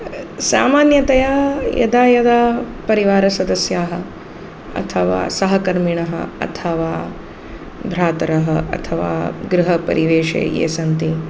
सामान्यतया यदा यदा परिवारसदस्याः अथवा सहकर्मिणः अथवा भ्रातरः अथवा गृहपरिवेशे ये सन्ति